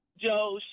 Joe